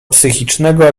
psychicznego